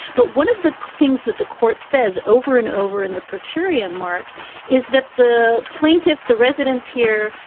but one of the things that the court says over and over in the per curiam mark is that the plaintiff, the residents here,